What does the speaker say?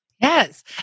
Yes